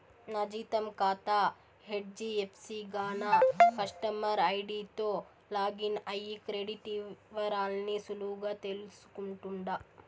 నా జీతం కాతా హెజ్డీఎఫ్సీ గాన కస్టమర్ ఐడీతో లాగిన్ అయ్యి క్రెడిట్ ఇవరాల్ని సులువుగా తెల్సుకుంటుండా